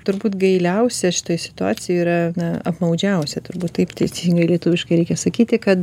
turbūt gailiausia šitoj situacijoj yra apmaudžiausia turbūt taip teisingai lietuviškai reikia sakyti kad